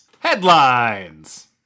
headlines